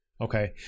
Okay